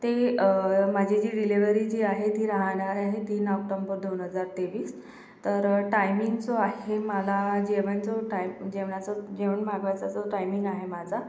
ते माझी जी डिलेवरी जी आहे ती राहणार आहे तीन ऑक्टोम्बर दोन हजार तेवीस तर टायमिंग जो आहे मला जेवण जो टाइम जेवणाचं जेवण मागवायचा जो टायमिंग आहे माझा